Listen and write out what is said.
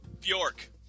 Bjork